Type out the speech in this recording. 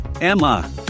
Emma